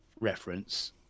reference